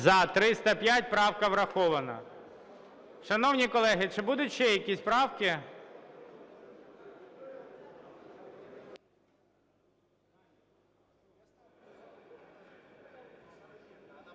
За-305 Правка врахована.